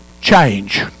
change